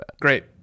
Great